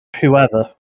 whoever